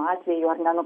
atvejų ar ne